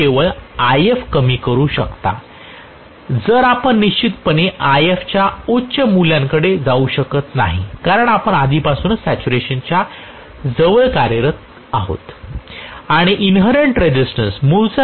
आपण केवळ If कमी करू शकता जर आपण निश्चितपणे If च्या उच्च मूल्यांकडे जाऊ शकत नाही कारण आपण आधीपासूनच सॅच्युरेशन च्या जवळ कार्यरत आहात